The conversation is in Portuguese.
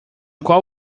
qual